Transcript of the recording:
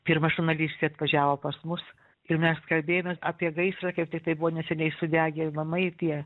pirma žurnalistė atvažiavo pas mus ir mes kalbėjomės apie gaisrą kaip tiktai buvo neseniai sudegę namai tie